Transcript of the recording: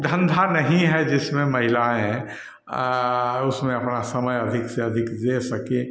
धंधा नहीं है जिसमें महिलाएँ उसमें अपना समय अधिक से अधिक दे सकें